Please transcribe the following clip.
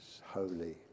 holy